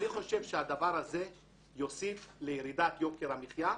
אני חושב שהדבר הזה יוסיף לירידת יוקר המחייה